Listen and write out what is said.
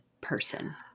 person